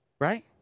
right